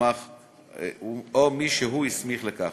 הסמיך לכך,